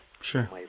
Sure